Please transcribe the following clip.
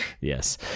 yes